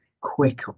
quick